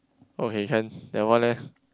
okay can that one leh